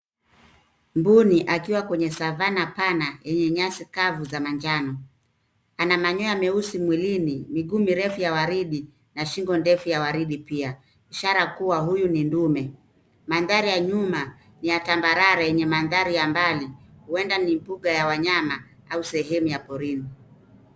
Mbuni akiwa kwenye savannah pana yenye nyasi kavu za manjano. Ana manyoya meusi mwilini, miguu mirefu ya waridi na shingo ndefu la waridi pia, ishara kuwa huyu ni ndume. Mandhari ya nyuma ya tambarare yenye mandhari ya mbali huenda ni mbuga ya wanyama au sehemu ya porini.